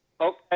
Okay